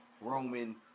Roman